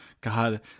God